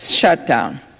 shutdown